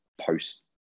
post